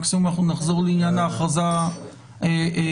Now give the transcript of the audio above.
מקסימום נחזור לעניין ההכרזה אחרי.